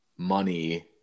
money